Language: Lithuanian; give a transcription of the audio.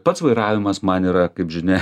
pats vairavimas man yra kaip žinia